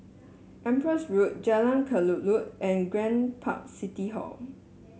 Empress Road Jalan Kelulut and Grand Park City Hall